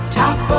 top